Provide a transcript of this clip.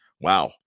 Wow